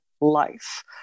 life